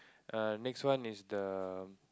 err next one is the